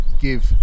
give